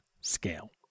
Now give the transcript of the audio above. scale